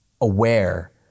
aware